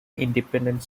independent